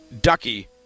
Ducky